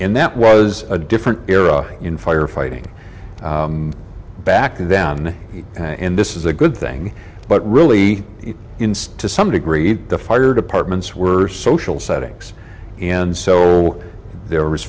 and that was a different era in fire fighting back then and this is a good thing but really instead to some degree the fire departments were social settings and so there was